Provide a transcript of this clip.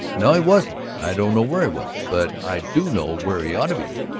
no, he wasn't. i don't know where he was. but i do know where he ought to be.